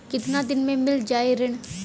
कितना दिन में मील जाई ऋण?